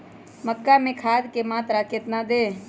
मक्का में खाद की मात्रा कितना दे?